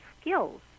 skills